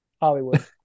Hollywood